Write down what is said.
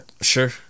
Sure